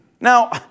Now